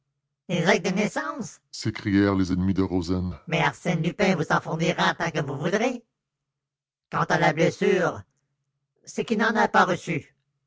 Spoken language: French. des actes de naissance s'écrièrent les ennemis de rozaine mais arsène lupin vous en fournira tant que vous voudrez quant à la blessure c'est qu'il n'en a pas reçu